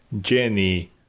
Jenny